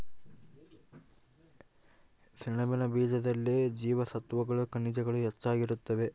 ಸೆಣಬಿನ ಬೀಜದಲ್ಲಿ ಜೀವಸತ್ವಗಳು ಖನಿಜಗಳು ಹೆಚ್ಚಾಗಿ ಇರುತ್ತವೆ